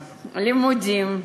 לימודים,